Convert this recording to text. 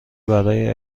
برای